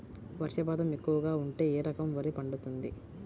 వర్షపాతం ఎక్కువగా ఉంటే ఏ రకం వరి పండుతుంది?